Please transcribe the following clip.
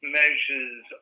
measures